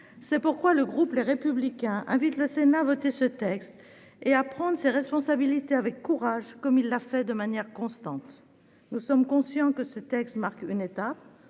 C'est pourquoi le groupe Les Républicains invite le Sénat à le voter et à prendre ses responsabilités avec courage, comme il l'a fait de manière constante. Nous sommes conscients que ce projet de loi marque une étape